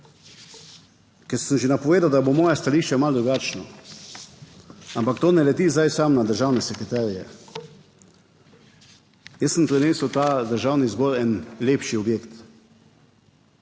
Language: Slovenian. Ker sem že napovedal, da bo moje stališče malo drugačno, ampak to ne leti zdaj samo na državne sekretarje. Jaz sem prinesel v ta Državni zbor en lepši objekt.